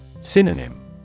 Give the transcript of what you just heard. Synonym